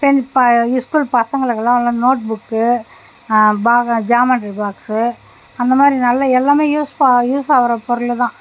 pen ப இஸ் school பசங்களுக்குலாம் எல்லாம் நோட் புக்கு ஜாமென்ட்ரி பாக்ஸு அந்த மாதிரி நல்ல எல்லாமே யூஸ் பா யூஸ் ஆகுற பொருள் தான்